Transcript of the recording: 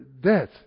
death